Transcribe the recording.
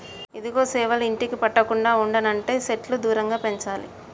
ఇదిగో సేవలు ఇంటికి పట్టకుండా ఉండనంటే సెట్లు దూరంగా పెంచాలి